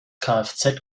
kfz